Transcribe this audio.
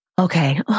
Okay